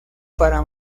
para